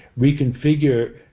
reconfigure